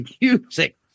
music